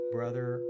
Brother